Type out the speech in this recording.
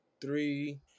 three